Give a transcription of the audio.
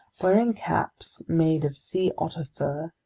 wearing caps made of sea-otter fur,